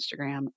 Instagram